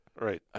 right